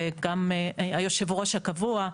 וגם יושב הראש הקבוע,